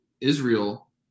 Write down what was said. Israel